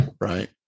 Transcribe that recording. right